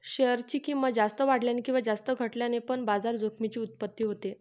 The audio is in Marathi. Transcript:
शेअर ची किंमत जास्त वाढल्याने किंवा जास्त घटल्याने पण बाजार जोखमीची उत्पत्ती होते